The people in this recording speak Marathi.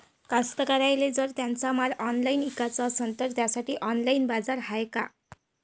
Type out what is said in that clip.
कास्तकाराइले जर त्यांचा माल ऑनलाइन इकाचा असन तर त्यासाठी ऑनलाइन बाजार हाय का?